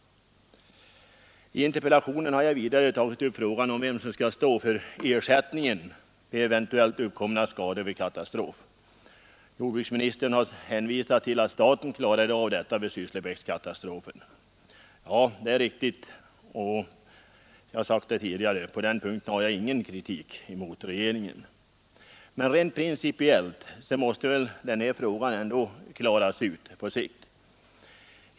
I interpellationen har jag vidare tagit upp frågan om vem som skall stå för ersättningen vid eventuellt uppkomna skador vid katastrof. Jordbruksministern har hänvisat till att staten klarade av detta vid Sysslebäckskatastrofen. Ja, det är riktigt, och på den punkten har jag, som jag redan har sagt, ingen kritik mot regeringen. Men rent principiellt måste denna fråga klaras ut på sikt.